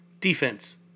defense